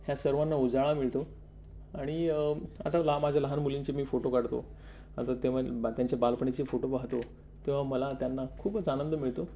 ह्या सर्वांना उजाळा मिळतो आणि आता ला माझ्या लहान मुलींचे मी फोटो काढतो आता तेव्हा बा त्यांच्या बालपणीचे फोटो पाहतो तेव्हा मला त्यांना खूपच आनंद मिळतो